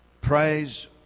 praise